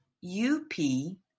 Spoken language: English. U-P